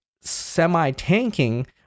semi-tanking